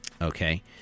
okay